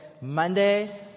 Monday